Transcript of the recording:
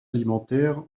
alimentaire